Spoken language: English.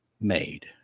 made